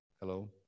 Hello